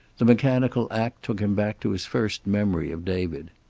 the mechanical act took him back to his first memory of david.